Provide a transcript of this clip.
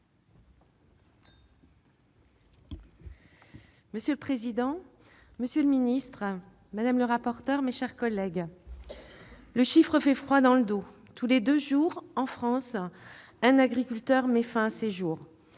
Monsieur le président, monsieur le ministre, mes chers collègues, le chiffre fait froid dans le dos : tous les deux jours, en France, un agriculteur met fin à ses jours.